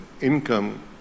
income